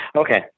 Okay